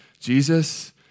Jesus